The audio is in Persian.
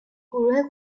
گروه